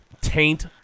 taint